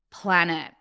planet